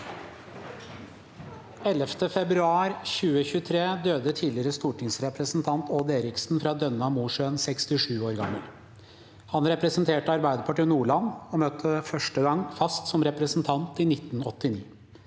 11. februar 2023 døde tidligere stortingsrepresentant Odd Eriksen fra Dønna og Mosjøen, 67 år gammel. Han representerte Arbeiderpartiet og Nordland og møtte første gang fast som representant i 1989.